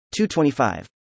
225